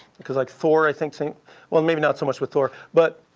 because like thor i think think well maybe not so much with thor. but